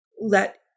let